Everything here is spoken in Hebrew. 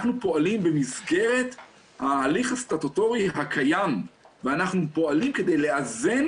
אנחנו פועלים במסגרת ההליך הסטטוטורי הקיים ואנחנו פועלים כדי לאזן